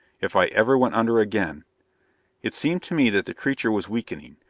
if i ever went under again it seemed to me that the creature was weakening.